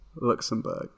Luxembourg